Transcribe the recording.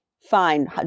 fine